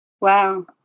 Wow